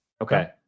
okay